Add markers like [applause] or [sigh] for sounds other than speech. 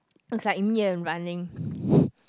looks like me and running [breath]